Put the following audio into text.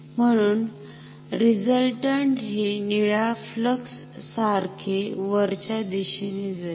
म्हणून रिझल्टन्ट हे निळ्या फ्लक्स सारखे वरच्या दिशेने जाईल